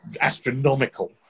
astronomical